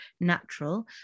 Natural